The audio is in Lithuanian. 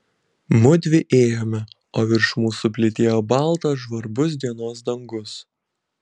mudvi ėjome o virš mūsų plytėjo baltas žvarbus dienos dangus